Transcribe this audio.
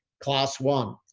class one,